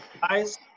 Guys